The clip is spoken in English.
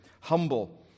humble